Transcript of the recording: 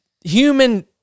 human